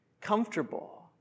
comfortable